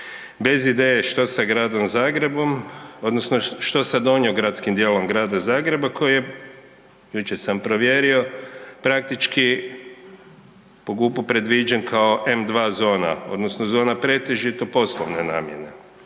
odnosno što sa donjogradskim dijelom Grada Zagreba koji je, jučer sam provjerio, praktički po GUP-u predviđen kao M2 zona odnosno zona pretežito poslovne namjene.